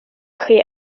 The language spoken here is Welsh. chi